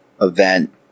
event